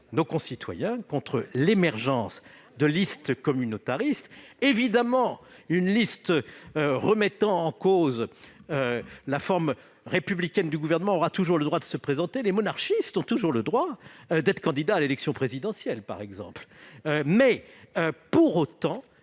nos concitoyens contre l'émergence de listes communautaristes. Bien évidemment, une liste remettant en cause la forme républicaine du Gouvernement aura toujours le droit de se présenter : les monarchistes, par exemple, ont toujours le droit d'être candidats à l'élection présidentielle. Pour autant,